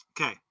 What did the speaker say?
Okay